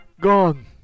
gone